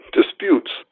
disputes